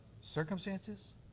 circumstances